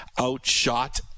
outshot